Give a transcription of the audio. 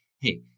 hey